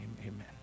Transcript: Amen